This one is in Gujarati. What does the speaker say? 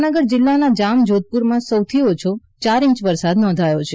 જામનગર જિલ્લાના જામજોધપુરમાં સૌથી ઓછો ચાર ઇંચ વરસાદ નોંધાયો છે